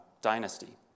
dynasty